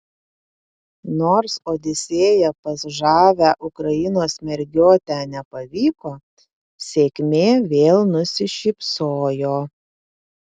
nors odisėja pas žavią ukrainos mergiotę nepavyko sėkmė vėl nusišypsojo